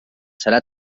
serà